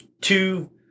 two